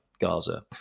Gaza